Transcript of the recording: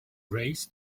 race